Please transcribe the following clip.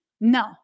No